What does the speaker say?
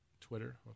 Twitter